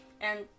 And-